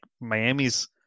Miami's